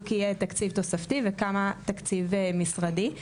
יהיה תקציב תוספתי וכמה תקציב משרדי.